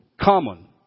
Common